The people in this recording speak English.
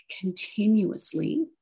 continuously